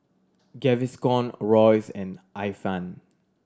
Gaviscon Royce and Ifan